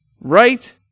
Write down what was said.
right